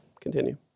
Continue